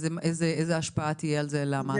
איזה השפעה תהיה לזה על המעסיקים?